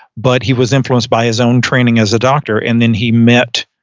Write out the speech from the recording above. but he was influenced by his own training as a doctor and then he met,